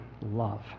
love